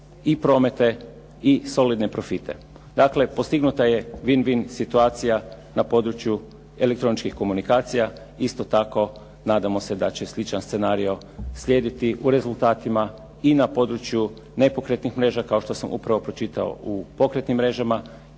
i promete i solidne profite. Dakle, postignuta je win-win situacija na području elektroničkih komunikacija. Isto tako, nadamo se da će sličan scenario slijediti u rezultatima i na području nepokretnih mreža kao što sam upravo pročitao u pokretnim mrežama,